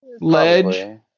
ledge